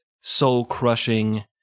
soul-crushing